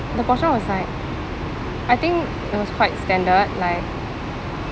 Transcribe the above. the portion was like I think it was quite standard like